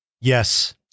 Yes